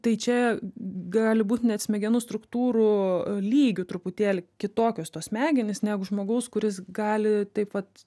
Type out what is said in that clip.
tai čia gali būt net smegenų struktūrų lygiu truputėlį kitokios tos smegenys negu žmogaus kuris gali taip vat